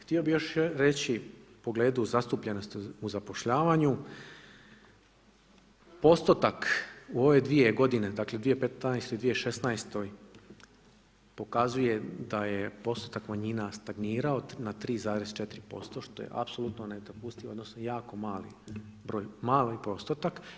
Htio bih još reći u pogledu zastupljenosti u zapošljavanju, postotak u ove dvije godine dakle 2015., 2016. pokazuje da je postupak manjina stagnirao na 3,4%, što je apsolutno nedopustivo odnosno jako mali broj, mali postotak.